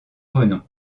renom